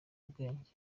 ubwenge